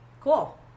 Cool